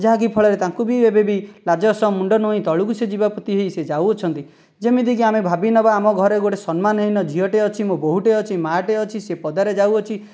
ଯାହା କି ଫଳରେ ତାଙ୍କୁ ବି ଏବେ ବି ଲାଜର ସହ ମୁଣ୍ଡ ନୂଆଇଁ ତଳକୁ ସେ ଯିବା ପୋତିକି ହୋଇ ସେ ଯାଉଅଛନ୍ତି ଯେମିତି କି ଆମେ ଭାବି ନେବା ଆମ ଘରେ ଗୋଟିଏ ସମ୍ମାନହୀନ ଝିଅଟିଏ ଅଛି ମୋ ବୋହୁଟେ ଅଛି ମାଆଟିଏ ଅଛି ସେ ପଦାରେ ଯାଉଅଛି